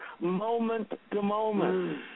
moment-to-moment